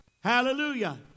Hallelujah